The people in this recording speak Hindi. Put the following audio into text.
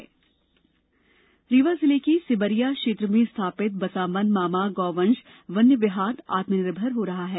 आत्मनिर्भर गौशाला रीवा जिले के सेमरिया क्षेत्र में स्थापित बसामन मामा गौवंश वन्य विहार आत्मनिर्भर हो रहा है